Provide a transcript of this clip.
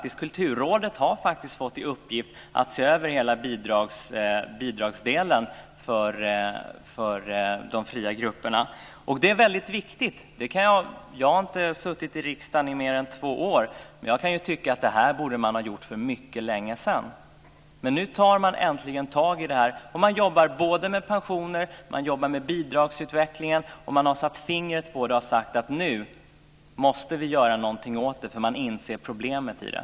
Kulturrådet har fått i uppgift att se över hela bidragsdelen för de fria grupperna, och det är väldigt viktigt. Jag har inte suttit i riksdagen i mer än två år, men jag tycker att man borde ha gjort det här för mycket länge sedan. Nu tar man äntligen tag i det. Man jobbar både med pensionerna och med bidragsutvecklingen. Man har satt fingret på detta och sagt att nu måste man göra någonting åt det, för man inser problemet med det.